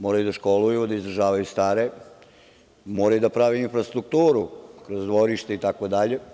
Moraju da školuju, da izdržavaju stare, moraju da prave infrastrukturu, kroz dvorišta, itd.